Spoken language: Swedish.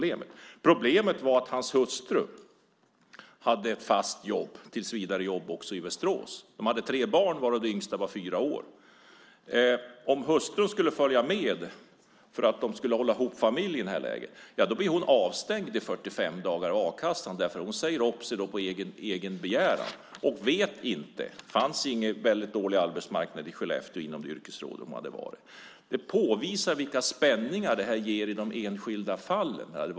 Men problemet var att hans hustru hade ett fast jobb i Västerås. De hade tre barn varav det yngsta var fyra år. Om hustrun skulle följa med för att de skulle hålla ihop familjen blir hon avstängd från a-kassan i 45 dagar eftersom hon säger upp sig på egen begäran. Det fanns en väldigt dålig arbetsmarknad i Skellefteå på det yrkesområde hon hade valt. Detta visar vilka spänningar detta ger i enskilda fall.